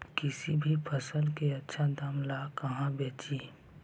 किसी भी फसल के आछा दाम ला कहा बेची?